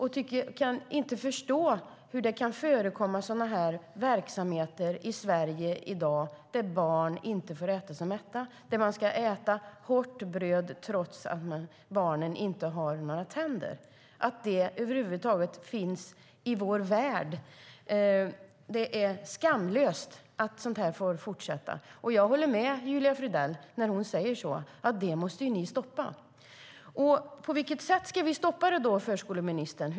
Hon kan inte förstå hur det kan förekomma sådana verksamheter i Sverige i dag där barn inte får äta sig mäta, att barnen ska äta hårt bröd trots att de inte har några tänder. Att det över huvud taget förekommer i vår värld och får fortsätta är skamlöst. Och jag håller med Julia Fridell när hon säger: Det måste ni stoppa. På vilket sätt ska vi då stoppa detta, förskoleministern?